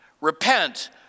Repent